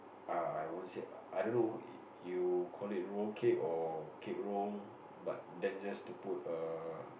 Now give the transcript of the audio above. ah I won't say I don't know you call it roll cake or cake roll but then just to put a